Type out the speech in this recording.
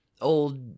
old